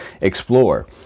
explore